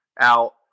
out